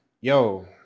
Yo